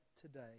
today